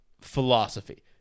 philosophy